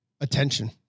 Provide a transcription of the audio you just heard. attention